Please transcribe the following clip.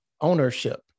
ownership